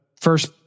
first